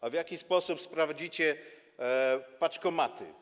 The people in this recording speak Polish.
A w jaki sposób sprawdzicie paczkomaty?